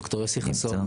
נמצא?